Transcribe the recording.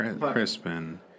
Crispin